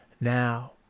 Now